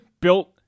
built